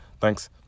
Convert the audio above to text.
Thanks